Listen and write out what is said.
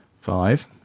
Five